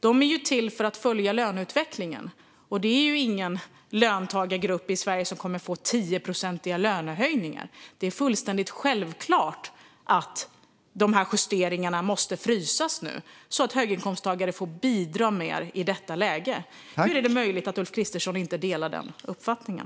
De är ju till för att följa löneutvecklingen, och det är ingen löntagargrupp i Sverige som kommer att få 10-procentiga lönehöjningar. Det är fullständigt självklart att dessa justeringar nu måste frysas så att höginkomsttagare får bidra mer i detta läge. Hur är det möjligt att Ulf Kristersson inte delar den uppfattningen?